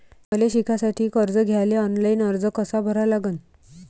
मले शिकासाठी कर्ज घ्याले ऑनलाईन अर्ज कसा भरा लागन?